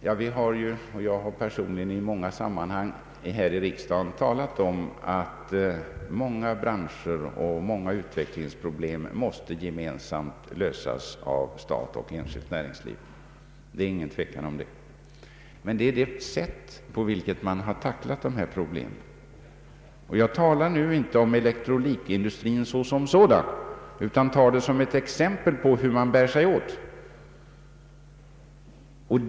Jag har personligen i många sammanhang här i riksdagen talat om att många utvecklingsproblem i många branscher måste lösas gemensamt av stat och näringsliv. Men det gäller här det sätt på vilket man har tacklat dessa problem. Jag talar nu inte om elektronikindustrin som sådan utan tar ett exempel på hur man bär sig åt.